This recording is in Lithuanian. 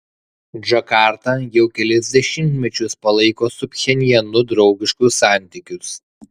džakarta jau kelis dešimtmečius palaiko su pchenjanu draugiškus santykius